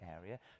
area